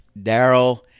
Daryl